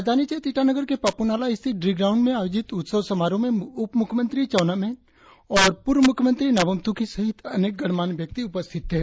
राजधानी क्षेत्र ईटानगर के पापुनालाह स्थित ड्री ग्राउंड में आयोजित उत्सव समारोह में उपमुख्यमंत्री चाउना मैन और पूर्व मुख्यमंत्री नाबम तुकी सहित अनेक गणमान्य व्यक्ति उपस्थित थे